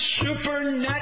supernatural